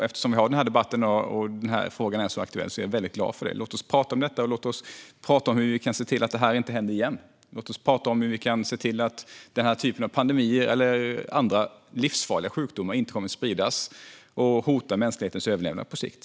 Eftersom denna fråga är så aktuell är jag väldigt glad att vi har denna debatt i dag. Låt oss tala om detta, och låt oss tala om hur vi kan se till att det här inte händer igen. Låt oss tala om hur vi kan se till att denna typ av pandemier, eller andra livsfarliga sjukdomar, inte kommer att spridas och hota mänsklighetens överlevnad på sikt.